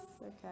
okay